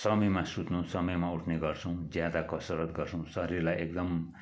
समयमा सुत्नु समयमा उठ्ने गर्छौँ ज्यादा कसरत गर्छौँ शरीरलाई एकदम